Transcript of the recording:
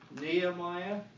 Nehemiah